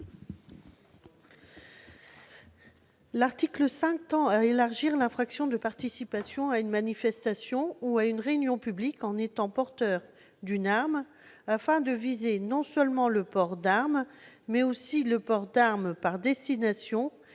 article tend à élargir l'infraction de participation à une manifestation ou à une réunion publique en étant porteur d'une arme, afin de viser non seulement le port d'arme, mais aussi le port d'arme par destination et celui de